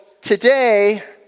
today